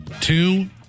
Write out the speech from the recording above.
two